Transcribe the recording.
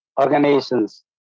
organizations